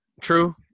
True